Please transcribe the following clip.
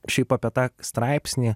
šiaip apie tą straipsnį